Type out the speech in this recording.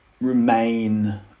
remain